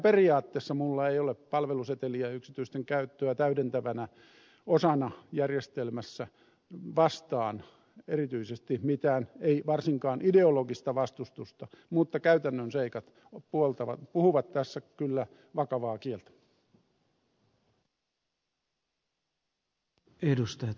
periaatteessa minulla ei ole palveluseteliä vastaan yksityisten käyttöä täydentävänä osana järjestelmässä erityisesti mitään ei varsinkaan ideologista vastustusta mutta käytännön seikat puhuvat tässä kyllä vakavaa kieltä